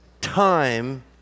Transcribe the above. time